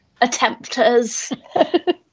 attempters